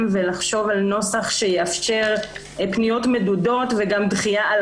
ולחשוב על נוסח שיאפשר פניות מדודות וגם דחייה על